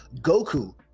goku